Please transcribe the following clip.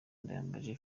ndayambaje